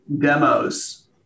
demos